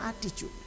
attitude